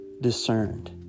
discerned